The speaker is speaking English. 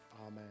Amen